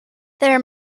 there